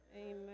Amen